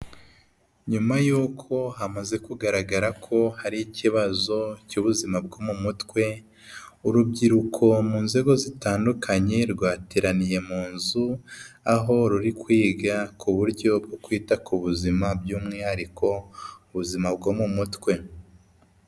Nyuma y'uko hamaze kugaragara ko hari ikibazo cy'ubuzima bwo mu mutwe, urubyiruko mu nzego zitandukanye rwateraniye mu nzu, aho ruri kwiga ku buryo bwo kwita ku buzima by'umwihariko ubuzima bwo mu mutwe.